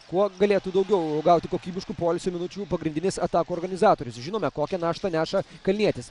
kuo galėtų daugiau gauti kokybiškų poilsio minučių pagrindinis atakų organizatorius žinome kokią naštą neša kalnietis